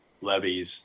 levies